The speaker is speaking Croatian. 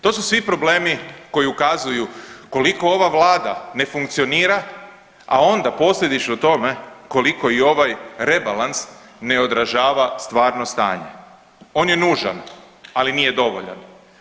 To su svi problemi koji ukazuju koliko ova vlada ne funkcionira, a onda posljedično tome koliko i ovaj rebalans ne odražava stvarno stanje, on je nužan, ali nije dovoljan.